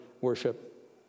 worship